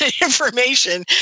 information